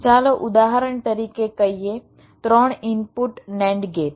ચાલો ઉદાહરણ તરીકે કહીએ ત્રણ ઇનપુટ NAND ગેટ